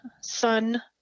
son